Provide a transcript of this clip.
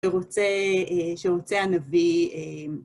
שרוצה אה... שרוצה הנביא אה...